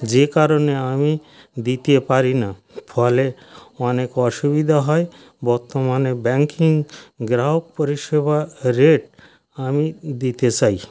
যে কারণে আমি দিতে পারি না ফলে অনেক অসুবিধা হয় বর্তমানে ব্যাঙ্কিং গ্রাহক পরিষেবা রেট আমি দিতে চাই